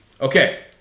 Okay